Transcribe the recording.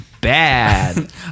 bad